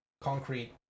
concrete